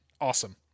awesome